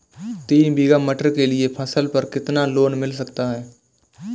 तीन बीघा मटर के लिए फसल पर कितना लोन मिल सकता है?